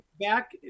back